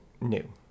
new